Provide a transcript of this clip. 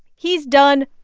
he's done.